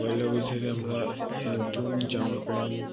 পয়লা বৈশাখে আমরা নতুন জামা প্যান্ট